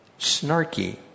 snarky